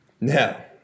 Now